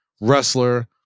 wrestler